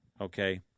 okay